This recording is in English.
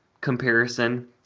comparison